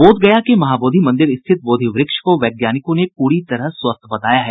बोधगया के महाबोधि मंदिर स्थित बोधिवृक्ष को वैज्ञानिकों ने पूरी तरह स्वस्थ बताया है